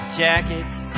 jackets